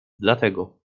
dlatego